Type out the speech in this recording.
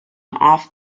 off